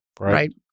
right